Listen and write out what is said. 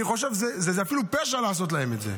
אני חושב שזה אפילו פשע לעשות להם את זה.